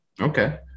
Okay